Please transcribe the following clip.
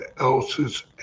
else's